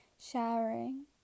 Showering